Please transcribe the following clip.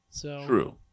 True